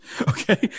okay